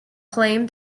claim